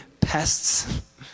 pests